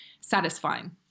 satisfying